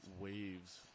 waves